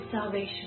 salvation